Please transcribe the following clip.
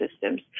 systems